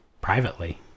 privately